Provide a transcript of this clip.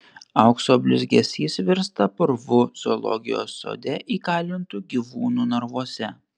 aukso blizgesys virsta purvu zoologijos sode įkalintų gyvūnų narvuose